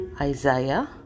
Isaiah